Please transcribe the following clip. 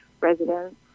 residents